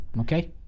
okay